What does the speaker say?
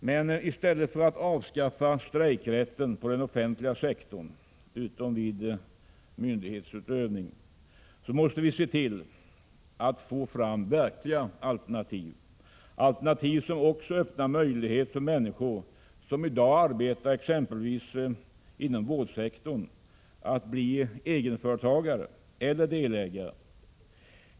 Men i stället för att avskaffa strejkrätten på den offentliga sektorn — utom vid myndighetsutövning — måste vi se till att få fram verkliga alternativ, alternativ som också öppnar möjlighet för människor som i dag arbetar inom exempelvis vårdsektorn att bli egenföretagare eller delägare.